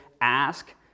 ask